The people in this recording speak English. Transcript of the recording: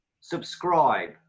subscribe